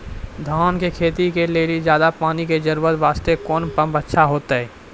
धान के खेती के लेली ज्यादा पानी के जरूरत वास्ते कोंन पम्प अच्छा होइते?